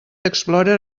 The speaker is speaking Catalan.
explorer